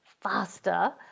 faster